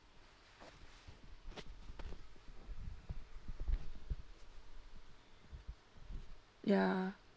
ya